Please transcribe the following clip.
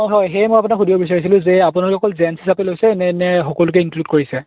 অঁ হয় সেই মই আপোনাক সুধিব বিচিছিলোঁ যে আপোনালোক অকল জেণ্টছ্ হিচাপে লৈছে নে সকলোকে ইনক্লুড কৰিছে